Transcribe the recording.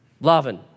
loving